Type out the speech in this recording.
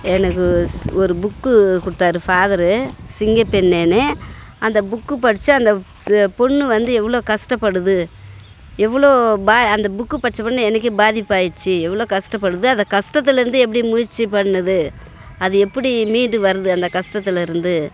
எனக்கு ஒரு ஸ் ஒரு புக்கு கொடுத்தாரு ஃபாதரு சிங்கப்பெண்ணேன்னு அந்த புக்கு படித்து அந்த ஸ் பெண்ணு வந்து எவ்வளோ கஷ்டப்படுது எவ்வளோ பா அந்த புக்கு படிச்சவொடனே எனக்கே பாதிப்பாகிடுச்சு எவ்வளோ கஷ்டப்படுது அந்த கஷ்டத்துலேருந்து எப்படி முயற்சி பண்ணுது அது எப்படி மீண்டு வருது அந்த கஷ்டத்துலேருந்து